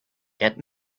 get